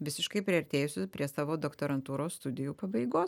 visiškai priartėjusi prie savo doktorantūros studijų pabaigos